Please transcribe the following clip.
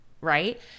right